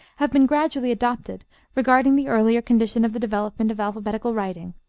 have been gradually adopted regarding the earlier condition of the development of alphabetical writing,